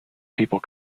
people